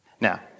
Now